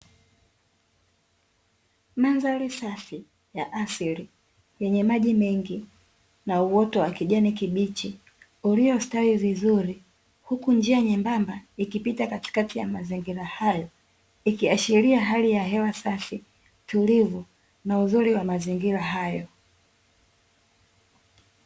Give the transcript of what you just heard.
Mandhari safi ya asili yenye maji mengi na uoto wa kijani kibichi uliostawi vizuri huku njia nyembamba ikipita katikati ya mazingira hayo ikiashiria hali ya hewa safi, tulivu na uzuri wa mazingira hayo.